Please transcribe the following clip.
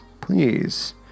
please